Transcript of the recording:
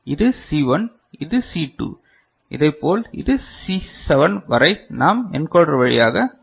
இது சி 1 இது சி 2 இதைப்போல் இது சி 7 வரை நாம் என்கோடர் வழியாக அனுப்ப முடியும்